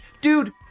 Dude